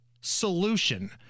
solution